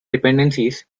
dependencies